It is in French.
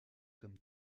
comme